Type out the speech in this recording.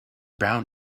brown